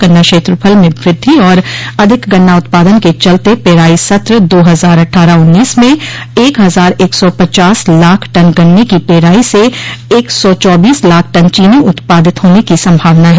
गन्ना क्षेत्रफल में वृद्धि और अधिक गन्ना उत्पादन के चलते पेराई सत्र दो हजार अट्ठारह उन्नीस में एक हजार एक सौ पचास लाख टन गन्ने की पेराई से एक सौ चौबीस लाख टन चीनी उत्पादित हाने की संभावना है